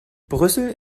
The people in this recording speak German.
brüssel